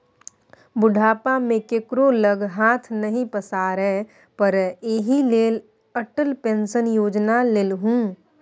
बुढ़ापा मे केकरो लग हाथ नहि पसारै पड़य एहि लेल अटल पेंशन योजना लेलहु